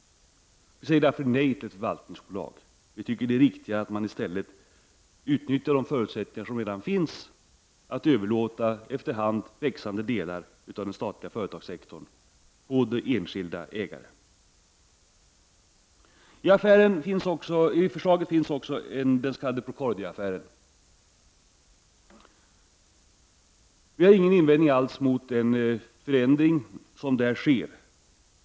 Vi säger därför nej till förslaget om ett förvaltningsbolag. Det är viktigare att man i stället utnyttjar de förutsättningar som redan finns för att efter hand överlåta växande delar av den statliga företagssektorn till enskilda ägare. I betänkandet behandlas också den s.k. Procordia-affären. Vi har inte alls någon invändning mot den förändring som föreslås.